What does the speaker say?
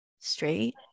straight